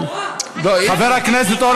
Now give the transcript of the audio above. רבותי השרים, חברי חברי הכנסת,